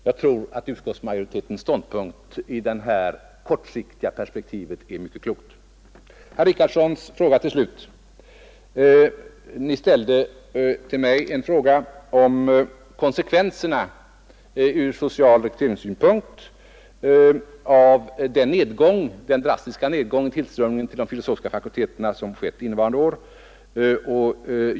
Jag tror att utskottsmajoritetens ståndpunkt i det här kortsiktiga perspektivet är mycket klokt. Till sist vill jag, herr talman, ta upp herr Richardsons fråga. Ni ställde till mig en fråga om konsekvenserna ur social rekryteringssynpunkt av den drastiska nedgång i tillströmningen till de filosofiska fakulteterna som skett innevarande år.